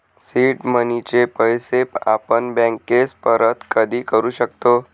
seed मनीचे पैसे आपण बँकेस परत कधी करू शकतो